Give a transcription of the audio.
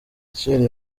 michelle